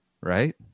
Right